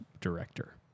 director